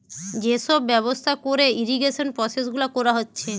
যে সব ব্যবস্থা কোরে ইরিগেশন প্রসেস গুলা কোরা হচ্ছে